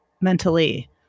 mentally